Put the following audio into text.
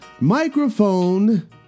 microphone